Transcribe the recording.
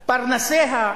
פרנסיה,